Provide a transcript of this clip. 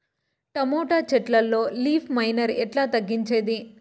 Tomato చెట్లల్లో leaf miner ఎట్లా తగ్గించేది?